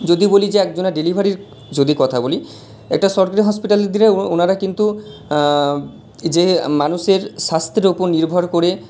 যদি বলি যে একজনের ডেলিভারির যদি কথা বলি একটা সরকারি হসপিটালে দিলে উনারা কিন্তু যে মানুষের স্বাস্থ্যের উপর নির্ভর করে